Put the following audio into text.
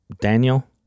Daniel